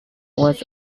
was